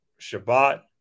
Shabbat